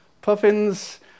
puffins